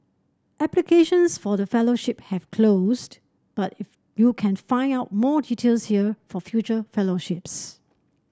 applications for the fellowship have closed but if you can find out more details here for future fellowships